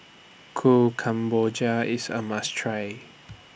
Kuih Kemboja IS A must Try